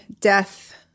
death